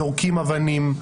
זורקים אבנים,